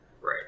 right